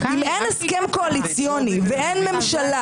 אם אין הסכם קואליציוני ואין ממשלה